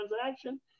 transaction